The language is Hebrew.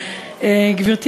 גברתי,